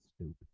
stupid